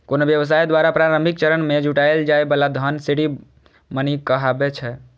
कोनो व्यवसाय द्वारा प्रारंभिक चरण मे जुटायल जाए बला धन सीड मनी कहाबै छै